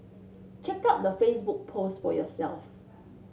check out the Facebook post for yourself